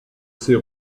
ses